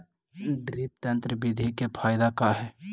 Drip तन्त्र बिधि के फायदा का है?